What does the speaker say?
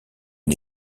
une